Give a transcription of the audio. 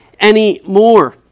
anymore